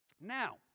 Now